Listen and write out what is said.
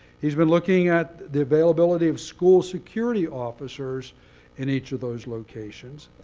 he's been looking at the availability of school security officers in each of those locations,